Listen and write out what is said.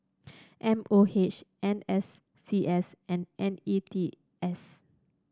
M O H N S C S and N E T S